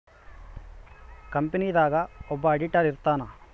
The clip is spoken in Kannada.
ಕಂಪನಿ ದಾಗ ಒಬ್ಬ ಆಡಿಟರ್ ಇರ್ತಾನ